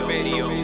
Radio